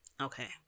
Okay